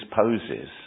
poses